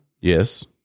Yes